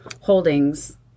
holdings